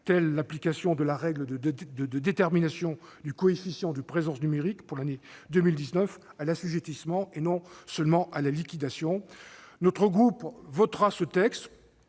comme l'application de la règle de détermination du coefficient de présence numérique pour l'année 2019 à l'assujettissement et non à la seule liquidation. Notre groupe votera ce projet